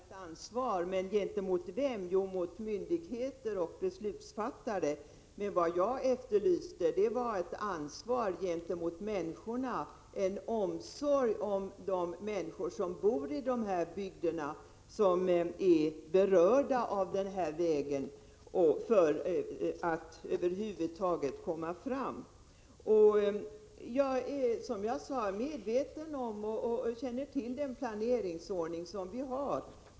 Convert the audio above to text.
Fru talman! Kurt Hugosson talar om ansvar. Jag kan naturligtvis ställa upp på att vi tar ansvar. Men gentemot vem? Jo, mot myndigheter och beslutsfattare. Vad jag efterlyste var ett ansvar gentemot människorna, en omsorg om de människor som bor i dessa bygder och är beroende av vägen för att över huvud taget komma fram. Jag är, som jag sade tidigare, medveten om och känner till den planeringsordning som vi har.